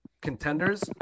contenders